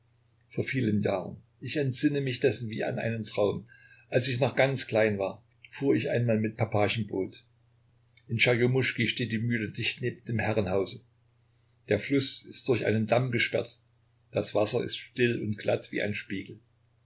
vor vielen jahren ich entsinne mich dessen wie an einen traum als ich noch ganz klein war fuhr ich einmal mit papachen boot in tscherjomuschki steht die mühle dicht neben dem herrenhause der fluß ist durch einen damm gesperrt das wasser ist still und glatt wie ein spiegel